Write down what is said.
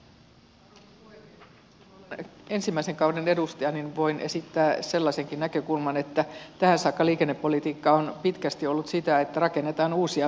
kun olen ensimmäisen kauden edustaja niin voin esittää sellaisenkin näkökulman että tähän saakka liikennepolitiikka on pitkästi ollut sitä että rakennetaan uusia väyliä